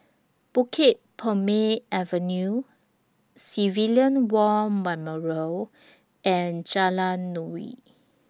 Bukit Purmei Avenue Civilian War Memorial and Jalan Nuri